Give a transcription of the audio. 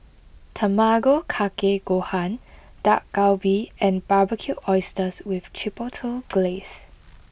Tamago kake gohan Dak Galbi and Barbecued Oysters with Chipotle Glaze